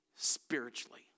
Spiritually